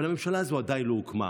אבל הממשלה הזו עדיין לא הוקמה.